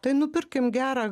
tai nupirkim gerą